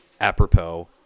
apropos